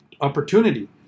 opportunity